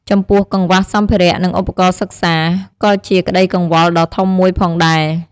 ចំពោះ កង្វះសម្ភារៈ និងឧបករណ៍សិក្សា ក៏ជាក្តីកង្វល់ដ៏ធំមួយផងដែរ។